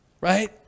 right